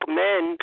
men